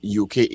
UK